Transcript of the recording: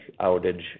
outage